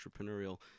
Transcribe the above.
entrepreneurial